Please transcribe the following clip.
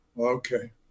Okay